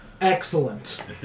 Excellent